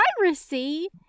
piracy